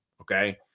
okay